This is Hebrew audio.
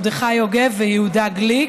מרדכי יוגב ויהודה גליק,